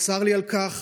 צר לי על כך.